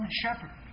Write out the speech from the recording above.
shepherd